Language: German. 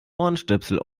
ohrenstöpsel